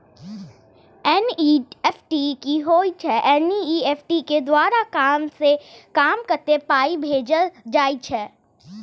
NEFT की होय छै एन.ई.एफ.टी के द्वारा कम से कम कत्ते पाई भेजल जाय छै?